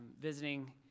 visiting